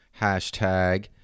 hashtag